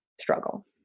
struggle